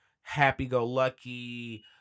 Happy-go-lucky